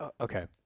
okay